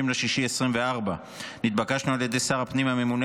30 ביוני 2024. נתבקשנו על ידי שר הפנים והממונה